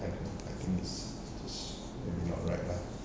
I I think it's it's maybe not right lah